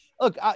look